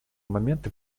моменты